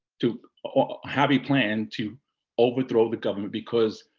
to ah have a plan to overthrow the government because,